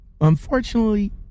unfortunately